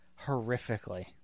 horrifically